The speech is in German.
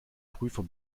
prüfer